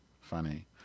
funny